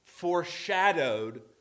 foreshadowed